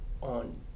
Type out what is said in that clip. on